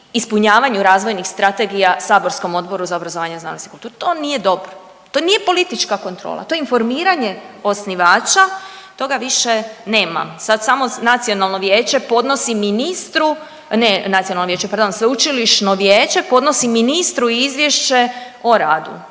ispunjavanju razvojnih strategija saborskom Odboru za obrazovanje, znanost i kulturu. To nije dobro, to nije politička kontrola, to je informiranje osnivača, toga više nema. Sad samo Nacionalno vijeće podnosi ministru, ne Nacionalno vijeće, pardon, sveučilišno vijeće podnosi ministru izvješće o radu,